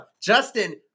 Justin